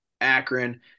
Akron